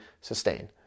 sustain